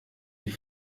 die